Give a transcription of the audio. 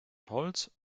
holz